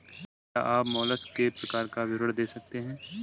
क्या आप मोलस्क के प्रकार का विवरण दे सकते हैं?